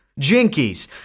Jinkies